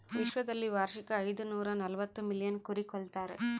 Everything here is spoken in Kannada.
ವಿಶ್ವದಲ್ಲಿ ವಾರ್ಷಿಕ ಐದುನೂರನಲವತ್ತು ಮಿಲಿಯನ್ ಕುರಿ ಕೊಲ್ತಾರೆ